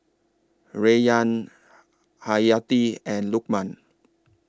Rayyan Hayati and Lukman